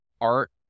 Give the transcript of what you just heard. art